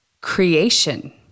creation